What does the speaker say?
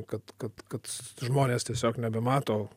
kad kad kad žmonės tiesiog nebemato